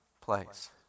place